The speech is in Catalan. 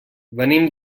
venim